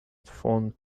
phone